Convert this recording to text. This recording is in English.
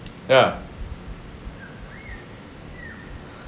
ya